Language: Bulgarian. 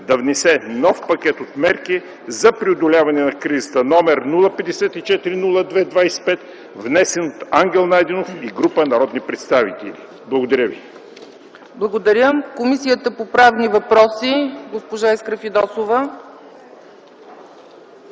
да внесе нов пакет от мерки за преодоляване на кризата, № 054-02-25, внесен от Ангел Найденов и група народни представители.” Благодаря ви. ПРЕДСЕДАТЕЛ ЦЕЦКА ЦАЧЕВА: Благодаря. Комисията по правни въпроси – госпожа Искра Фидосова.